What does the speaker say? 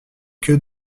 que